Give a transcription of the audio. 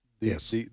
Yes